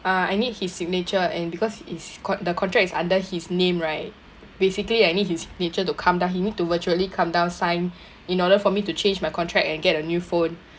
ah I need his signature and because is con~ the contract is under his name right basically I need his signature to come down he need to virtually come down sign in order for me to change my contract and get a new phone